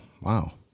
wow